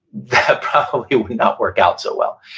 that probably would not work out so well.